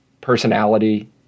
personality